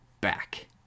back